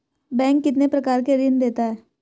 Bank कितने प्रकार के ऋण देता है?